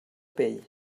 pell